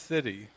City